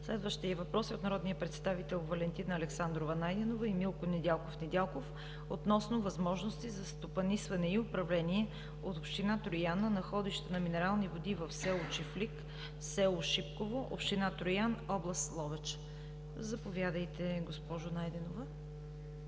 Следващият въпрос е от народния представител Валентина Александрова Найденова и Милко Недялков Недялков относно възможности за стопанисване и управление от община Троян на находища на минерални води в с. Чифлик, с. Шипково, община Троян, област Ловеч. Заповядайте, госпожо Найденова.